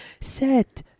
set